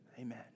amen